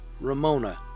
Ramona